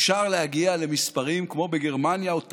אפשר להגיע למספרים כמו בגרמניה, בטאיוואן,